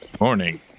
Morning